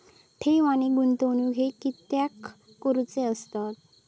ठेव आणि गुंतवणूक हे कित्याक करुचे असतत?